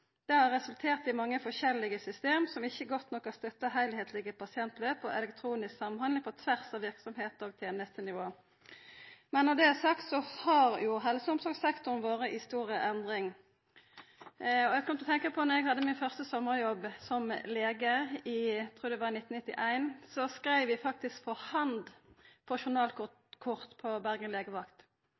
Det har resultert i mange forskjellige system som ikkje godt nok har støtta heilskaplege pasientløp og elektronisk samhandling på tvers av verksemder og tenestenivå. Men når det er sagt, har jo helse- og omsorgssektoren vore i stor endring. Eg kom til å tenkja på då eg hadde min første sommarjobb som lege, eg trur det var i 1991. Då skreiv eg faktisk for hand på journalkorta på Bergen legevakt.